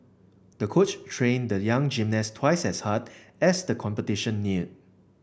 the coach trained the young gymnast twice as hard as the competition neared